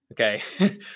Okay